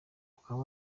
bakaba